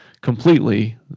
completely